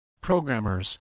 programmers